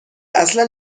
اصلا